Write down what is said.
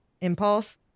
impulse